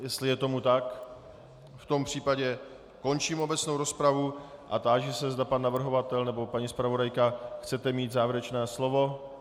Jestli je tomu tak, v tom případě končím obecnou rozpravu a táži se, zda pan navrhovatel nebo paní zpravodajka chce mít závěrečné slovo.